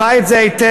אני חי את זה היטב,